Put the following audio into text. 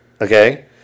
Okay